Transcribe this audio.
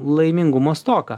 laimingumo stoką